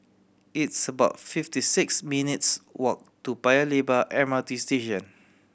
it's about fifty six minutes' walk to Paya Lebar M R T Station